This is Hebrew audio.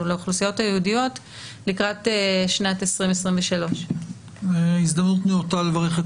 לאוכלוסיות הייעודיות לקראת שנת 2023. זו הזדמנות נאותה לברך את